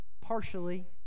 Partially